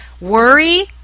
worry